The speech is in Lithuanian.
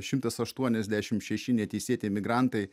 šimtas aštuoniasdešimt šeši neteisėti migrantai